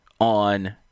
on